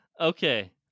Okay